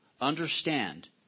understand